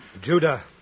Judah